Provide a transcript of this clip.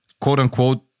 quote-unquote